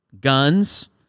guns